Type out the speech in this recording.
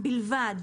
בלבד.